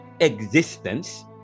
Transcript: existence